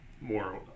more